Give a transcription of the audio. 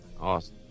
Awesome